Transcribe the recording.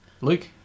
Luke